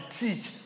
teach